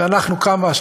שאנחנו כמה?